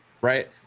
Right